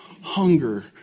hunger